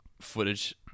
footage